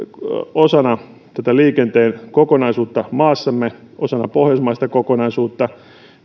osana tätä liikenteen kokonaisuutta maassamme osana pohjoismaista kokonaisuutta